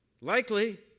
Likely